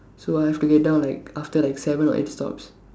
so I've to get down like after like seven or eight stops